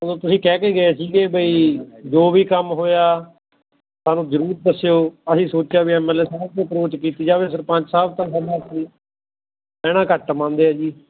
ਓਦੋਂ ਤੁਸੀਂ ਕਹਿ ਕੇ ਗਏ ਸੀਗੇ ਬਈ ਜੋ ਵੀ ਕੰਮ ਹੋਇਆ ਸਾਨੂੰ ਜ਼ਰੂਰ ਦੱਸਿਓ ਅਸੀਂ ਸੋਚਿਆ ਵੀ ਐਮ ਐਲ ਏ ਸਾਹਿਬ ਤੱਕ ਅਪਰੋਚ ਕੀਤੀ ਜਾਵੇ ਸਰਪੰਚ ਸਾਹਿਬ ਤਾਂ ਸਾਡਾ ਕਹਿਣਾ ਘੱਟ ਮੰਨਦੇ ਆ ਜੀ